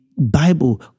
Bible